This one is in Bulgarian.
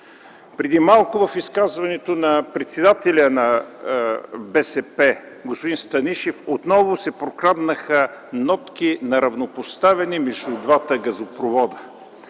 Преди малко в изказването на председателя на БСП господин Станишев отново се прокраднаха нотки на равнопоставяне между двата газопровода.